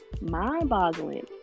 mind-boggling